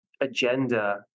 agenda